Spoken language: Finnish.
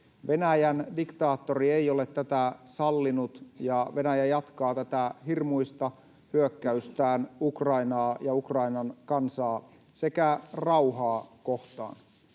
Venäjän diktaattori ei ole tätä sallinut, ja Venäjä jatkaa tätä hirmuista hyökkäys-tään Ukrainaa ja Ukrainan kansaa sekä rauhaa kohtaan.